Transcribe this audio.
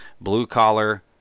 blue-collar